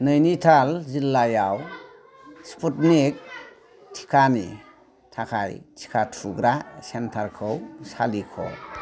नैनिताल जिल्लायाव स्पुटनिक टिकानि थाखाय टिका थुग्रा सेन्टारखौ सालिख'